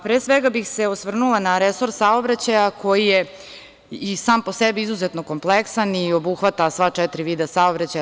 Pre svega bih se osvrnula na resor saobraćaja koji je i sam po sebi izuzetno kompleksan i obuhvata sva četiri vida saobraćaja.